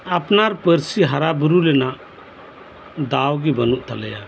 ᱟᱯᱱᱟᱨ ᱯᱟᱹᱨᱥᱤ ᱦᱟᱨᱟ ᱵᱩᱨᱩ ᱨᱮᱱᱟᱜ ᱫᱟᱣ ᱜᱮ ᱵᱟᱹᱱᱩᱜ ᱛᱟᱞᱮᱭᱟ